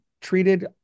treated